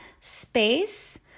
space